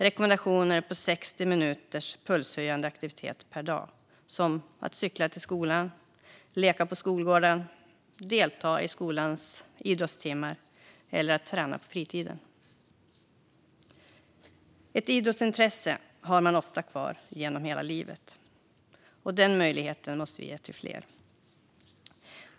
Rekommendationerna är minst 60 minuters pulshöjande aktivitet per dag, såsom att cykla till skolan, leka på skolgården, delta i skolans idrottstimmar eller träna på fritiden. Ett idrottsintresse har man ofta kvar genom hela livet. Denna möjlighet måste vi ge till fler.